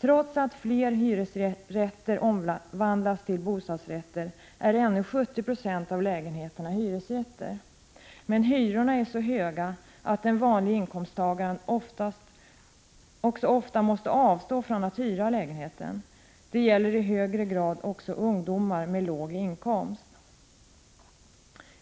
Trots att allt fler hyresrätter omvandlas till bostadsrätter är ännu 70 96 av lägenheterna hyresrätter, men hyrorna är så höga att den vanlige inkomsttagaren ofta måste avstå från att hyra lägenhet. Detta gäller i högre grad ungdomar med låg inkomst.